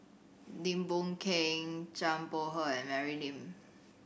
Lim Boon Keng Zhang Bohe and Mary Lim